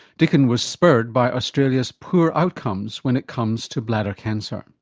dickon was spurred by australia's poor outcomes when it comes to bladder cancer.